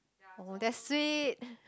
oh that's sweet